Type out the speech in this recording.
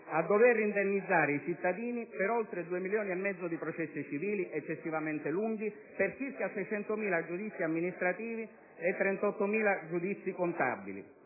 a dover indennizzare i cittadini per oltre due milioni e mezzo di processi civili eccessivamente lunghi, per circa 600.000 giudizi amministrativi e 38.000 giudizi contabili